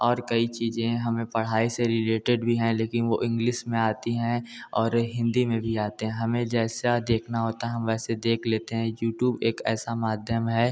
और कई चीज़ें हमें पढ़ाई से रिरेटेड भी हैं लेकिन वो इंग्लिश में आती हैं और हिन्दी में भी आते हमें जैसा देखना होता हम वैसे देख लेते हैं यूट्यूब एक ऐसा माध्यम है